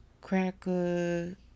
cracker